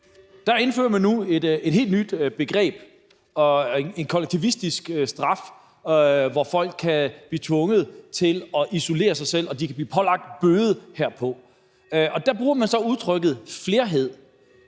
Der indfører man nu et helt nyt begreb og en kollektivistisk straf, hvor folk kan blive tvunget til at isolere sig selv, og de kan blive pålagt bøde herpå, og der bruger man så udtrykket flerhed.